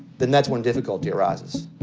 then that's when difficulty arises